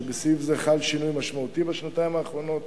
בסעיף זה חל שינוי משמעותי בשנתיים האחרונות